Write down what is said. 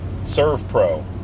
ServePro